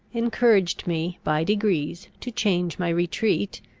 encouraged me by degrees to change my retreat,